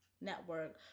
network